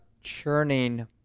churning